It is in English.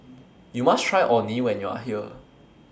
YOU must Try Orh Nee when YOU Are here